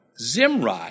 Zimri